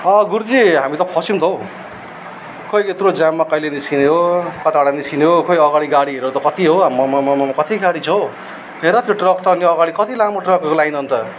गुरुजी हामी त फस्यौँ त हौ खै यत्रो जाममा कहिले निस्किने हो कताबाट निस्किने हो खै अगाडि गाडीहरू त कत्ति हो हो आम्मममम कति गाडी छ हौ हेर त्यो ट्रक त अन्त अगाडि कति लामो ट्रकहरूको लाइन अन्त